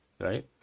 Right